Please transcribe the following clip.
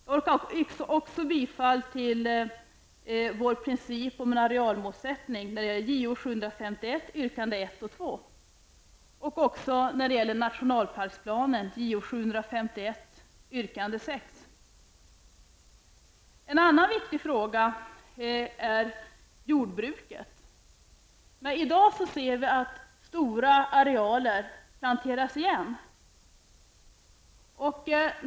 Jag yrkar också bifall till vårt förslag om en princip när det gäller arealmålsättning i motion Jo751 yrkande 1 och 2 En annan viktig fråga är jordbruket. Vi ser i dag att stor arealer planteras igen med skog.